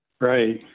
Right